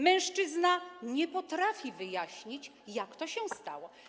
Mężczyzna nie potrafi wyjaśnić, jak to się stało.